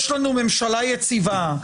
יש לנו ממשלה יציבה,